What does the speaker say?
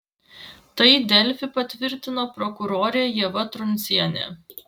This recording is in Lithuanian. tai delfi patvirtino prokurorė ieva truncienė